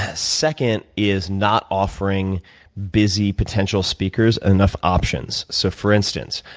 ah second is not offering busy potential speakers enough options. so for instance,